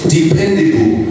Dependable